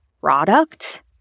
product